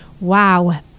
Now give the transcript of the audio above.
Wow